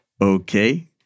Okay